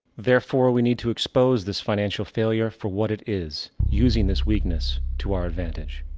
therefore, we need to expose this financial failure for what it is, using this weakness to our advantage.